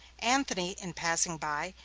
antony, in passing by,